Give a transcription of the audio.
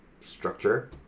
structure